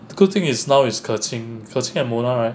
the good thing is now is ke qing ke qing and mona right